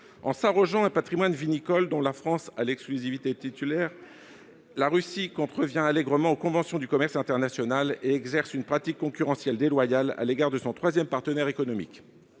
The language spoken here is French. En s'arrogeant un patrimoine vinicole dont la France est l'exclusive titulaire, la Russie contrevient allègrement aux conventions du commerce international et exerce une pratique concurrentielle déloyale à l'égard de son troisième partenaire économique.